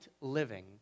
living